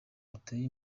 ruteye